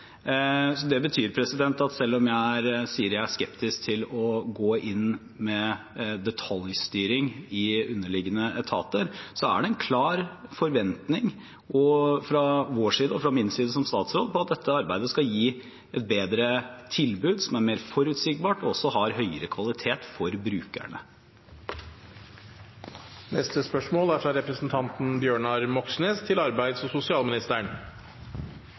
det. Det betyr at selv om jeg sier jeg er skeptisk til å gå inn med detaljstyring i underliggende etater, er det en klar forventning fra vår side, og fra min side som statsråd, om at dette arbeidet skal gi et bedre tilbud, som er mer forutsigbart og har høyere kvalitet for brukerne.